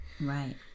right